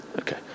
Okay